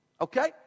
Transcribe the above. okay